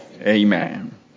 Amen